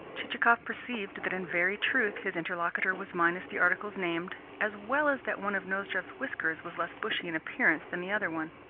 chichikov perceived that in very truth his interlocutor was minus the articles named, as well as that one of nozdrev's whiskers was less bushy in appearance than the other one.